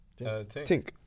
Tink